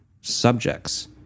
subjects